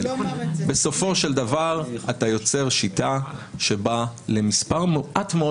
בסופו של דבר אתה יוצר שיטה שבה למספר מועט מאוד